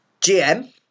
GM